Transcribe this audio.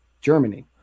Germany